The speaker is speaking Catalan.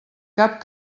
cap